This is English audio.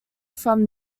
from